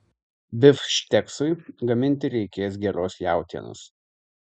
bifšteksui gaminti reikės geros jautienos